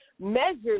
measures